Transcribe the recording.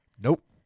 Nope